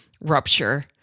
rupture